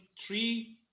three